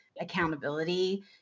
accountability